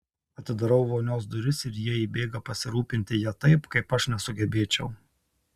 atidarau vonios duris ir jie įbėga pasirūpinti ja taip kaip aš nesugebėčiau